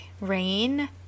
rain